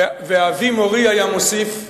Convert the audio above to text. ואבי מורי היה מוסיף לגבי,